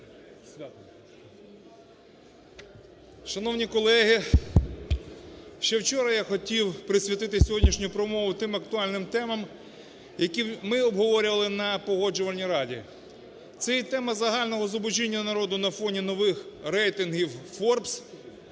Шановні колеги, ще вчора я хотів присвятити сьогоднішню промову тим актуальним темам, які ми обговорювали на Погоджувальній раді: це і тема загального зубожіння народу на фоні нових рейтингів Forbes,